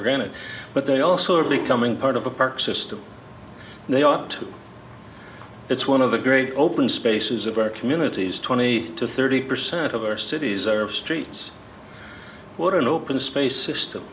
granted but they also are becoming part of a park system and they ought to it's one of the great open spaces of our communities twenty to thirty percent of our cities are streets what an open space system